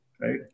right